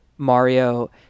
mario